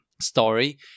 story